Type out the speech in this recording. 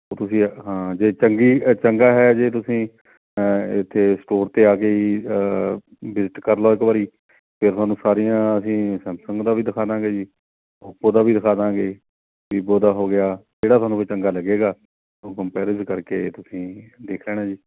ਉਹ ਤੁਸੀਂ ਹਾਂ ਜੇ ਚੰਗੀ ਚੰਗਾ ਹੈ ਜੇ ਤੁਸੀਂ ਇੱਥੇ ਸਟੋਰ 'ਤੇ ਆ ਕੇ ਹੀ ਵਿਜਿਟ ਕਰ ਲਓ ਇੱਕ ਵਾਰੀ ਫਿਰ ਤੁਹਾਨੂੰ ਸਾਰੀਆਂ ਅਸੀਂ ਸੈਮਸੰਗ ਦਾ ਵੀ ਦਿਖਾ ਦੇਵਾਂਗੇ ਜੀ ਓਪੋ ਦਾ ਵੀ ਦਿਖਾ ਦੇਵਾਂਗੇ ਵੀਵੋ ਦਾ ਹੋ ਗਿਆ ਜਿਹੜਾ ਤੁਹਾਨੂੰ ਕੋਈ ਚੰਗਾ ਲੱਗੇਗਾ ਉਹ ਕੰਪੈਰਿਵ ਕਰਕੇ ਤੁਸੀਂ ਦੇਖ ਲੈਣਾ ਜੀ